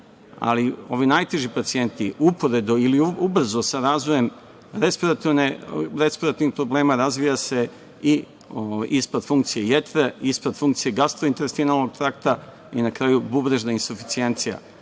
ali ovi najteži pacijenti uporedo ili ubrzo sa razvojem respiratornih problema razvija se i ispred funkcije jetre, ispred funkcije gastrointestinalnog trakta i na kraju bubrežna isuficijencija.